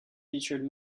featured